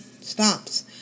stops